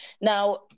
Now